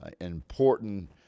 important